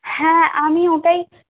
হ্যাঁ আমি ওটাই